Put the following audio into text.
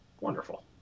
wonderful